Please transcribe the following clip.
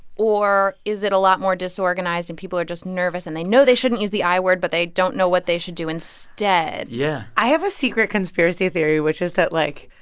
or is it a lot more disorganized, and people are just nervous, and they know they shouldn't use the i word, but they don't know what they should do instead? yeah i have a secret conspiracy theory, which is that, like,